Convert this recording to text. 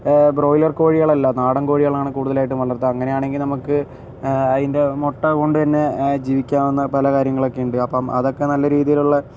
broiler കോഴികളല്ല നാടൻ കോഴികളാണ് കൂടുതലായിട്ടും വളർത്തുക അങ്ങനെയാണെങ്കിൽ നമുക്ക് അതിൻ്റെ മുട്ട കൊണ്ടു തന്നെ ജീവിക്കാവുന്നതാണ് അങ്ങനെ പല കാര്യങ്ങളൊക്കെയുണ്ട് അപ്പം അതൊക്കെ നല്ല രീതിയിലുള്ള